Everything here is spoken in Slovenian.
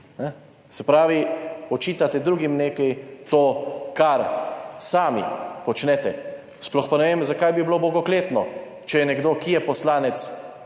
Se pravi, očitate drugim nekaj, to kar sami počnete. Sploh pa ne vem zakaj bi bilo bogokletno, če je nekdo, ki je poslanec,